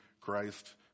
Christ